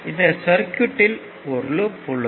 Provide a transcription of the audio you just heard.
இந்த சர்க்யூட்யில் ஒரு லூப் உள்ளது